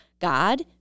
God